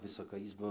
Wysoka Izbo!